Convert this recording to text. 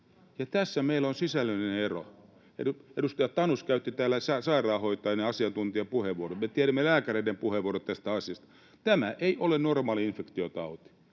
Tässä meillä on sisällöllinen ero. Edustaja Tanus käytti täällä sairaanhoitajan ja asiantuntijan puheenvuoron, me tiedämme lääkäreiden puheenvuorot tästä asiasta. Tämä ei ole normaali infektiotauti